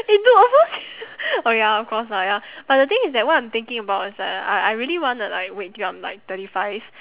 you do a oh ya of course lah ya but the thing is that what I'm thinking about is like I I really want to wait till I'm like thirty five